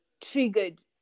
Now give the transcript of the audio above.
triggered